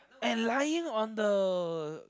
and lying on the